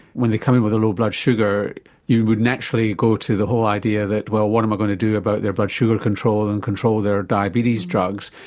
when they come in with a low blood sugar you would naturally go to the whole idea that well what am i going to do about their blood sugar control and control their diabetes drugs,